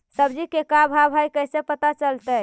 सब्जी के का भाव है कैसे पता चलतै?